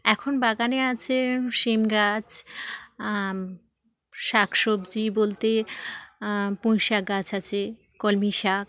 এখন বাগানে আছে শিম গাছ শাক সবজি বলতে পুঁই শাক গাছ আছে কলমি শাক